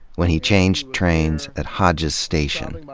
when he changed trains at hodges station,